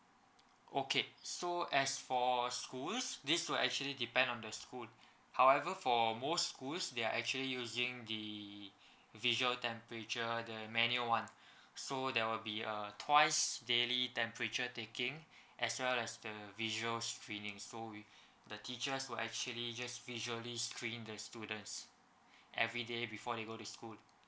okay so as for schools this will actually depend on the school however for most schools they are actually using the visual temperature the manual [one] so there will be uh twice daily temperature taking as well as the visual screening so with the teachers will actually just visually screen the students everyday before they go to school